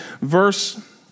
Verse